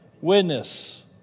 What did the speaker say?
Witness